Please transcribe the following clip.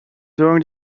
during